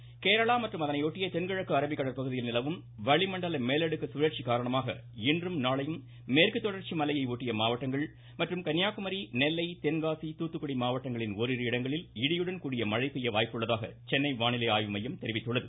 வானிலை கேரளா மற்றும் அதனை ஒட்டிய தென்கிழக்கு அரபிக்கடல் பகுதியில் நிலவும் வளிமண்டல மேலடுக்கு சுழற்சி காரணமாக இன்றும் நாளையும் மேற்கு தொடர்ச்சி மலையை ஒட்டிய மாவட்டங்கள் மற்றும் கன்னியாகுமரி நெல்லை தென்காசி தூத்துக்குடி மாவட்டங்களில் ஓரிரு இடங்களில் இடியுடன் கூடிய மழை பெய்ய வாய்ப்புள்ளதாக சென்னை வானிலை ஆய்வு மையம் தெரிவித்துள்ளது